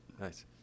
nice